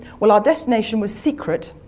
well, our destination was secret,